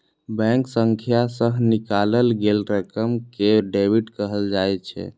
bank खाता सं निकालल गेल रकम कें डेबिट कहल जाइ छै